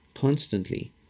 constantly